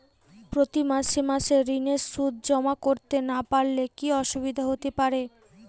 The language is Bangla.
প্রতি মাসে মাসে ঋণের সুদ জমা করতে না পারলে কি অসুবিধা হতে পারে?